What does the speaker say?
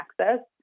access